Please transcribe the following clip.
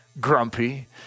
grumpy